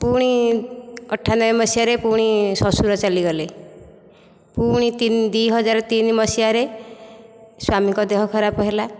ପୁଣି ଅଠାନବେ ମସିହାରେ ପୁଣି ଶ୍ୱଶୁର ଚାଲିଗଲେ ପୁଣି ଦୁଇ ହଜାର ତିନି ମସିହାରେ ସ୍ୱାମୀଙ୍କ ଦେହ ଖରାପ ହେଲା